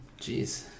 Jeez